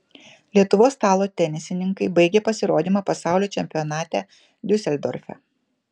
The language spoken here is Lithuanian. lietuvos stalo tenisininkai baigė pasirodymą pasaulio čempionate diuseldorfe